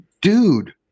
dude